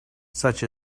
such